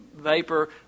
vapor